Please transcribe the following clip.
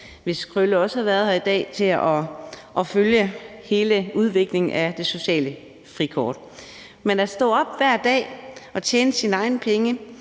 hvis Krølle også havde været her i dag til at følge hele udviklingen af det sociale frikort. At stå op hver dag og tjene sine egne penge